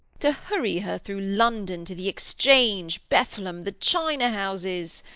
to hurry her through london, to the exchange, bethlem, the china-houses